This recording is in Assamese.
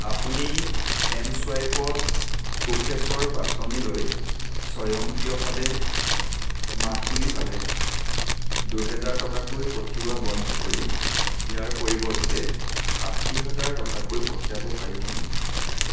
আপুনি এম চুৱাইপত কোষেশ্বৰ পাছনিলৈ স্বয়ংক্ৰিয়ভাৱে মাহিলীভাৱে দুহেজাৰ টকাকৈ পঠিওৱা বন্ধ কৰি ইয়াৰ পৰিৱৰ্তে ষাঠি হাজাৰ টকাকৈ পঠিয়াব পাৰিবনে